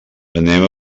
anem